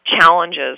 challenges